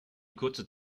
kurze